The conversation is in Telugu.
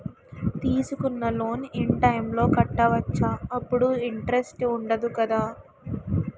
తీసుకున్న లోన్ ఇన్ టైం లో కట్టవచ్చ? అప్పుడు ఇంటరెస్ట్ వుందదు కదా?